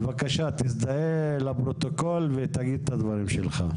בבקשה תזדהה לפרוטוקול ותגיד את הדברים שלך.